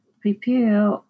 prepare